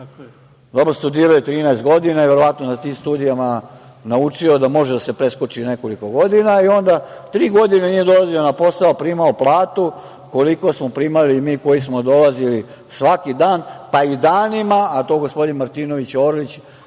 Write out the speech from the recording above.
Dobro, studirao je13 godina i verovatno je na tim studijima naučio da može da se preskoči nekoliko godina i onda tri godine nije dolazio na posao, a primao platu. Koliko smo primali mi koji smo dolazili svaki dan, pa i danima, a to gospodin Martinović, Orlić